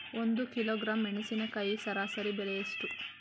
ಒಂದು ಕಿಲೋಗ್ರಾಂ ಮೆಣಸಿನಕಾಯಿ ಸರಾಸರಿ ಬೆಲೆ ಎಷ್ಟು?